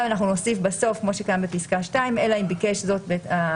ואנחנו נוסיף בסוף כמו שקיים בפסקה 2: "אלא אם ביקש זאת העצור,